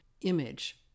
image